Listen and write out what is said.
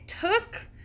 took